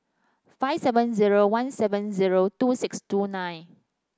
five seven zero one seven zero two six two nine